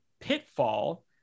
pitfall